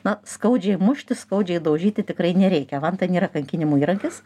na skaudžiai mušti skaudžiai daužyti tikrai nereikia vanta nėra kankinimų įrankis